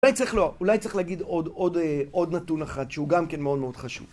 אולי צריך להגיד עוד נתון אחד, שהוא גם כן מאוד מאוד חשוב.